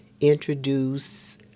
introduce